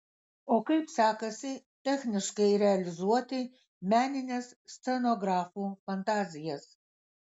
o kaip sekasi techniškai realizuoti menines scenografų fantazijas